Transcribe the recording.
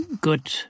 good